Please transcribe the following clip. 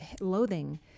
loathing